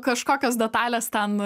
kažkokios detalės ten